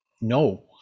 no